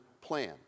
plan